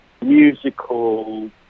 musical